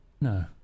No